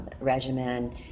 regimen